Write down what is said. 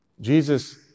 Jesus